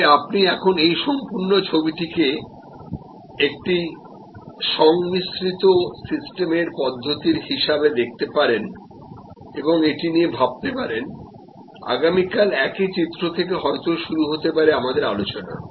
তবে আপনি এখন এই সম্পূর্ণ ছবিটিকে একটি কম্পোজিট সিস্টেমের পদ্ধতির হিসাবে দেখতে পারেন এবং এটি নিয়ে ভাবতে পারেন আগামীকাল একই চিত্র থেকে হয়ত শুরু হতে পারে আমাদের আলোচনা